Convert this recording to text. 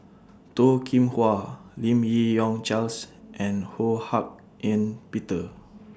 Toh Kim Hwa Lim Yi Yong Charles and Ho Hak Ean Peter